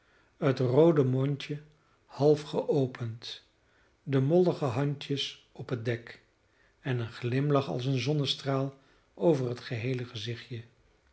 het roode mondje half geopend de mollige handjes op het dek en een glimlach als een zonnestraal over het geheele gezichtje